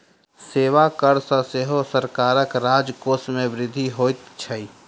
सेवा कर सॅ सेहो सरकारक राजकोष मे वृद्धि होइत छै